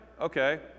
okay